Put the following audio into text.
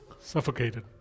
suffocated